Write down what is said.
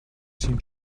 seem